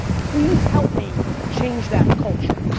please help me change that culture.